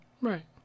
Right